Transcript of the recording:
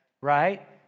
right